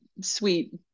sweet